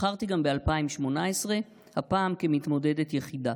נבחרתי גם ב-2018, הפעם כמתמודדת יחידה.